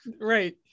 Right